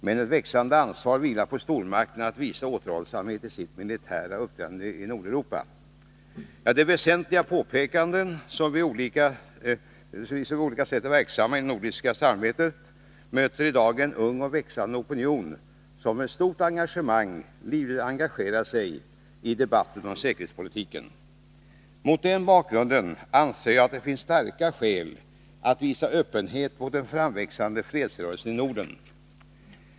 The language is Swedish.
Men ett växande ansvar vilar på stormakterna att visa återhållsamhet i sitt militära uppträdande i Nordeuropa.” Detta är ett väsentligt påpekande, och vi som på olika sätt är verksamma inom det nordiska samarbetet möter en i dag ung och växande opinion som livligt engagerar sig i debatten om säkerhetspolitiken. Mot den bakgrunden anser jag att det finns starka skäl att visa öppenhet mot den framväxande fredsrörelsen i Norden.